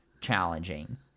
challenging